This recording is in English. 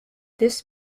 this